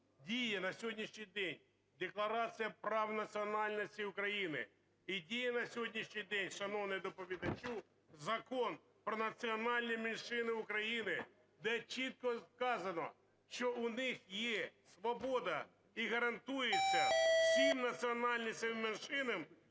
діє на сьогоднішній день Декларація прав національностей України і діє на сьогоднішній день, шановний доповідачу, Закон про національні меншини України, де чітко сказано, що у них є свобода і гарантується всім національностям і меншинам